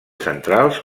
centrals